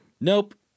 nope